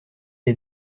est